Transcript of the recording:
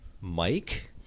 Mike